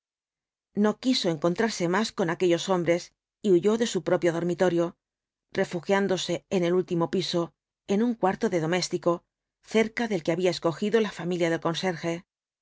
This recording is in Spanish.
no quiso encontrarse más con aquellos hombres y huyó de su propio dormitorio refugiándose en el último piso en un cuarto de doméstico cerca del que había escogido la familia del conserje